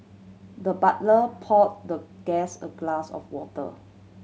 the butler poured the guest a glass of water